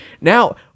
Now